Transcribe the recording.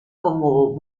como